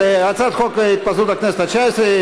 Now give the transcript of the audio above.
הצעת חוק התפזרות הכנסת התשע-עשרה,